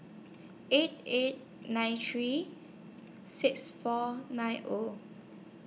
eight eight nine three six four nine O